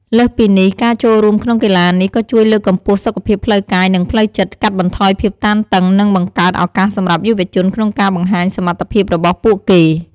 លើសពីនេះ ការចូលរួមក្នុងកីឡានេះក៏ជួយលើកកម្ពស់សុខភាពផ្លូវកាយ និងផ្លូវចិត្ត កាត់បន្ថយភាពតានតឹង និងបង្កើតឱកាសសម្រាប់យុវជនក្នុងការបង្ហាញសមត្ថភាពរបស់ពួកគេ។